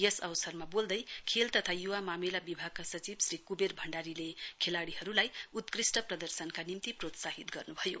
यस अवसरमा बोल्दै खेल तथा युवा मामिला विभागका सचिव श्री कुबेर भण्डारीले खेलाड़ीहरुलाई उत्कृष्ट प्रदर्शनका निम्ति प्रत्साहित गर्न्भयो